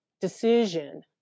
decision